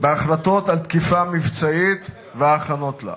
בהחלטות על תקיפה מבצעית וההכנות לה.